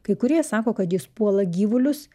kai kurie sako kad jis puola gyvulius